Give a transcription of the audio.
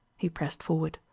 he pressed forward,